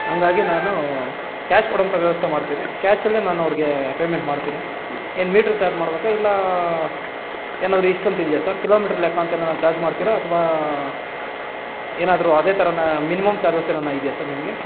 ಹಂಗಾಗಿ ನಾನು ಕ್ಯಾಶ್ ಕೊಡುವಂಥ ವ್ಯವಸ್ಥೆ ಮಾಡ್ತೀನಿ ಕ್ಯಾಶಲ್ಲೇ ನಾನು ಅವ್ರಿಗೆ ಪೇಮೆಂಟ್ ಮಾಡ್ತೀನಿ ಏನು ಮೀಟ್ರ್ ಚಾರ್ಜ್ ಮಾಡಬೇಕಾ ಇಲ್ಲ ಏನಾದ್ರೂ ಇಷ್ಟಂತ ಇದೆಯಾ ಸರ್ ಕಿಲೋಮೀಟ್ರ್ ಲೆಕ್ಕ ಏನಾನ ಚಾರ್ಜ್ ಮಾಡ್ತೀರಾ ಅಥವಾ ಏನಾದ್ರೂ ಅದೇ ಥರನ ಮಿನಿಮಮ್ ಚಾರ್ಜಸ್ ಏನಾನ ಇದೆಯಾ ಸರ್ ನಿಮಗೆ